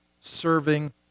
serving